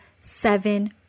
seven